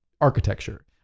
architecture